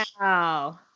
Wow